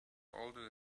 older